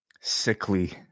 sickly